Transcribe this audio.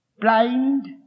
blind